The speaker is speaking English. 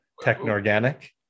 techno-organic